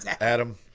Adam